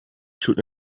should